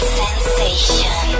sensation